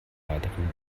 weiteren